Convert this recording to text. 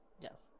Yes